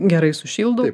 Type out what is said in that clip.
gerai sušildau